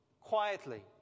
quietly